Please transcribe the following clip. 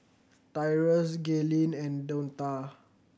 Tyrus Gaylene and Donta